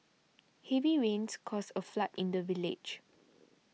heavy rains caused a flood in the village